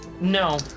No